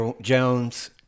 Jones